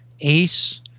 ace